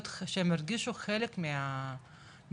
שהם ירגישו חלק מהעם,